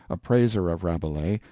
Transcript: a praiser of rabelais,